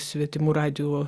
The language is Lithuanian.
svetimų radijo